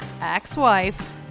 ex-wife